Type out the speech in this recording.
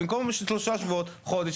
במקום שלושה שבועות חודש,